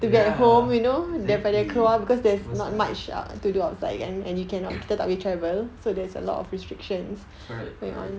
ya exactly correct correct